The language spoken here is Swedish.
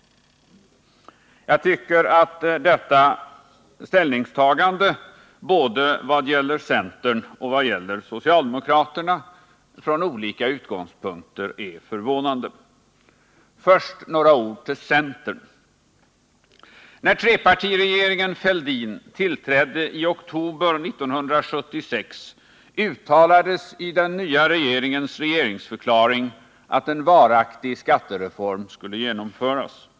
Jag tycker att både centerns och socialdemokraternas ställningstagande från olika utgångspunkter är förvånande. Först några ord till centern. När trepartiregeringen tillträdde i oktober 1976 uttalades i den nya regeringens regeringsförklaring att en varaktig skattereform skulle genomföras.